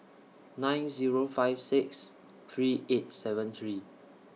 nine Zero five six three eight seven three